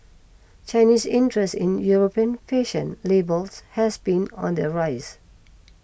Chinese interest in European fashion labels has been on the rise